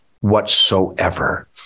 whatsoever